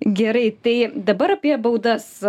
gerai tai dabar apie baudas